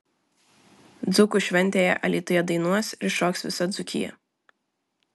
dzūkų šventėje alytuje dainuos ir šoks visa dzūkija